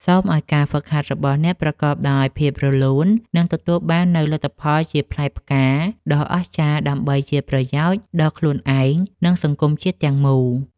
សូមឱ្យការហ្វឹកហាត់របស់អ្នកប្រកបដោយភាពរលូន និងទទួលបាននូវលទ្ធផលជាផ្លែផ្កាដ៏អស្ចារ្យដើម្បីជាប្រយោជន៍ដល់ខ្លួនឯង និងសង្គមជាតិទាំងមូល។